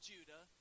Judah